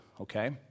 okay